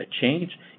change